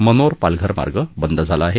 मेनोर पालघर मार्ग बंद झाला आहे